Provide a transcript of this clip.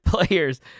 players